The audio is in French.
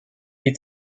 est